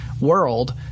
world